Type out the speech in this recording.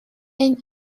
and